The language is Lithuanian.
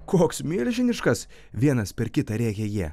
koks milžiniškas vienas per kitą rėkė jie